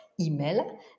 email